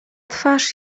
twarz